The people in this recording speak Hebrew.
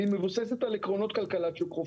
והוא מבוססת על עקרונות כלכלת שוק חופשי,